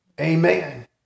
Amen